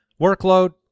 workload